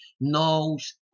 knows